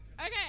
Okay